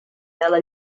vela